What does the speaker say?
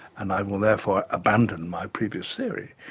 and i will therefore abandon my previous theory.